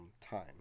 time